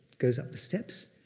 goes up the steps,